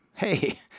Hey